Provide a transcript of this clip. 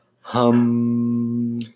Hum